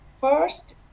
first